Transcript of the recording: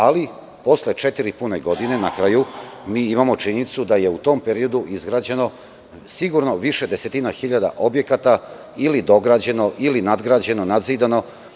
Ali, posle četiri pune godine, na kraju, mi imamo činjenicu da je u tom periodu izgrađeno sigurno više desetina hiljada objekata ili dograđeno ili nadgrađeno, nadzidano.